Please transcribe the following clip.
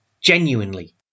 genuinely